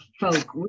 folk